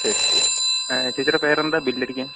ശെരി ചേച്ചിയുടെ പേരെന്താണ് ബില്ലടിക്കാൻ